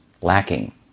lacking